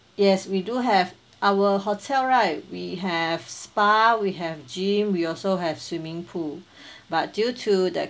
yes we do have our hotel right we have spa we have gym we also have swimming pool but due to the